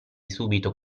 subito